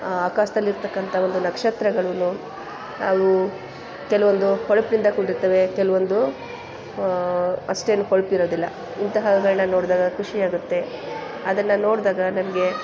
ಆ ಆಕಾಶ್ದಲ್ಲಿರ್ತಕ್ಕಂಥ ಒಂದು ನಕ್ಷತ್ರಗಳುನು ಅವು ಕೆಲವೊಂದು ಹೊಳಪಿಂದ ಕೂಡಿರ್ತವೆ ಕೆಲವೊಂದು ಅಷ್ಟೇನೂ ಹೊಳಪಿರೋದಿಲ್ಲ ಇಂತಹಗಳನ್ನ ನೋಡಿದಾಗ ಖುಷಿಯಾಗುತ್ತೆ ಅದನ್ನು ನೋಡಿದಾಗ ನನಗೆ